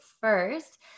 first